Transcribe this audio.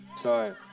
Sorry